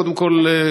קודם כול,